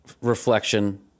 reflection